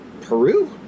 Peru